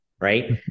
right